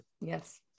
yes